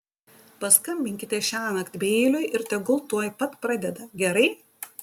paskambinkite šiąnakt beiliui ir tegul tuoj pat pradeda gerai